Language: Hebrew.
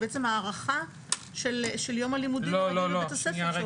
זה בעצם הארכה של יום הלימודים הרגיל בבית הספר.